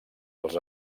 els